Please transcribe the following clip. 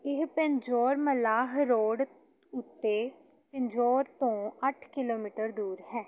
ਇਹ ਪਿੰਜੌਰ ਮੱਲ੍ਹਾ ਰੋਡ ਉੱਤੇ ਪਿੰਜੌਰ ਤੋਂ ਅੱਠ ਕਿਲੋਮੀਟਰ ਦੂਰ ਹੈ